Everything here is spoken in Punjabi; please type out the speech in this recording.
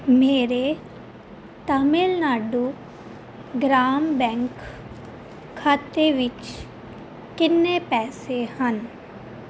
ਮੇਰੇ ਤਾਮਿਲਨਾਡੂ ਗ੍ਰਾਮ ਬੈਂਕ ਖਾਤੇ ਵਿੱਚ ਕਿੰਨੇ ਪੈਸੇ ਹਨ